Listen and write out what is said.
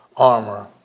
armor